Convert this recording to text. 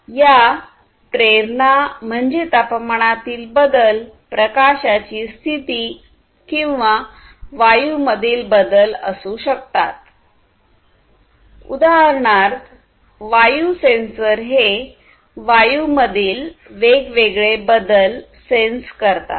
या प्रेरणा म्हणजे तापमानातील बदल प्रकाशाची स्थिती किंवा वायू मधील बदल असू शकतात उदाहरणार्थ वायू सेन्सर हे वायू मधील वेगवेगळे बदल सेन्स करतात